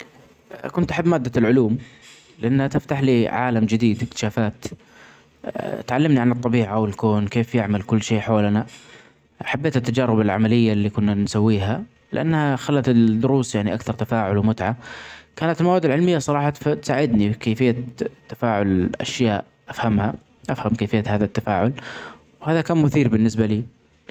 كنت أحب مادة العلوم، لأنها تفتح لي عالم جديد أكتشافات تعلمني عن الطبيعة والكون كيف يعمل كل شئ حولنا. حبيت التجارب العملية اللي كنا نسويها لأنها خلت الدروس أكثر تفاعل ومتعة كانت المواد العلمية صراحة تف-تساعدني في كيفية التفاعل الأشياء أفهمها أفهم كيفية هذا التفاعل وهذا كان مثير بالنسبة لي.